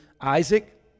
Isaac